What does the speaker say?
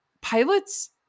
pilots